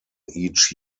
each